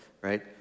right